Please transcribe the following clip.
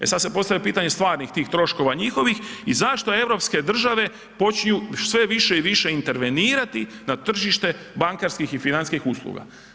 E sad se postavlja pitanje stvarnih tih troškova njihovih i zašto europske države počinju sve više i više intervenirati na tržište bankarskih i financijskih usluga.